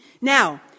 Now